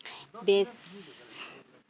ᱵᱮᱥ